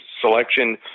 selection